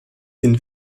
den